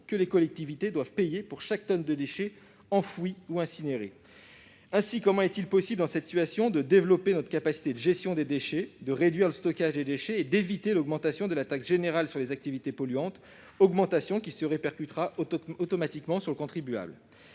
que les collectivités doivent payer pour chaque tonne de déchets enfouis ou incinérés. Comment est-il possible, dans cette situation, de développer notre capacité de gestion des déchets, de réduire le volume de déchets stockés et d'éviter l'augmentation de la taxe générale sur les activités polluantes, augmentation qui se répercutera automatiquement sur le contribuable ?